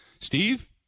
Steve